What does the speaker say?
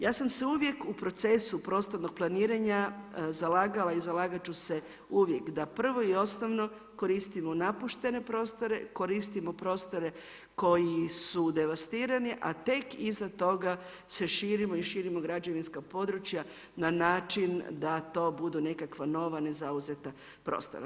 Ja sam se uvijek u procesu prostornog planiranja zalagala i zalagati ću se uvijek da prvo i osnovno koristimo napuštene prostore, koristimo prostore koji su devastirani a tek iza toga se širimo i širimo građevinska područja na način da to budu nekakva nova, nezauzeti prostori.